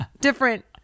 Different